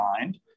mind